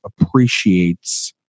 appreciates